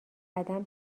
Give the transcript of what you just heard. قدم